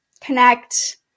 connect